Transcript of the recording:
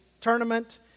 tournament